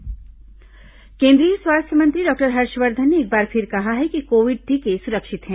स्वास्थ्य मंत्री कोविड टीका केंद्रीय स्वास्थ्य मंत्री डॉक्टर हर्षवर्धन ने एक बार फिर कहा है कि कोविड टीके सुरक्षित हैं